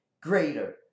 greater